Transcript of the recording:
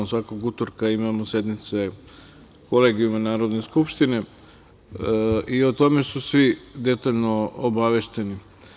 Svakog utorka imamo sednice Kolegijuma Narodne skupštine i o tome su svi detaljno obavešteni.